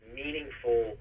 meaningful